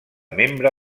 membre